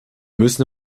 müssen